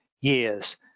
years